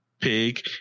pig